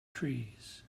trees